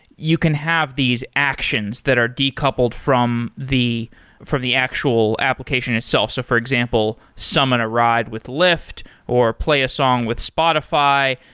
you can have these actions that are decoupled from from the actual application itself. so for example, summon a ride with lyft, or play a song with spotify,